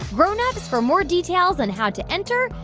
grown-ups, for more details on how to enter,